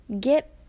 get